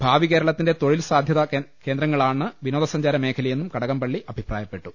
ഭാവി കേരളത്തിന്റെ തൊഴിൽ സാധ്യതാ കേന്ദ്രങ്ങളാണ് വിനോദസഞ്ചാര മേഖല യെന്നും കടകംപള്ളി അഭിപ്രായപ്പെട്ടു